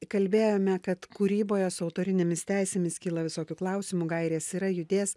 kalbėjome kad kūryboje su autorinėmis teisėmis kyla visokių klausimų gairės yra judės